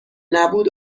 نبود